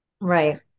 Right